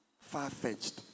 far-fetched